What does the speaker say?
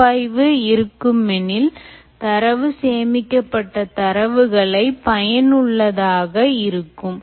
பகுப்பாய்வு இருக்குமெனில் தரவுகள் சேமிக்கப்பட்ட தரவுகள் பயனுள்ளதாக இருக்கும்